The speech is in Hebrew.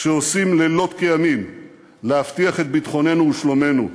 שעושים לילות כימים להבטיח את ביטחוננו ושלומנו.